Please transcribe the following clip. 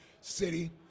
city